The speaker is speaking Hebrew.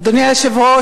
אדוני היושב-ראש,